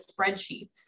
spreadsheets